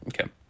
Okay